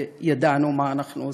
וידענו מה אנחנו עושים.